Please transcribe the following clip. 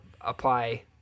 apply